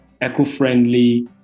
eco-friendly